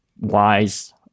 wise